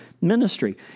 ministry